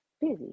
busy